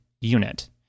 unit